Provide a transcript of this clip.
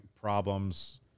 problems